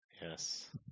yes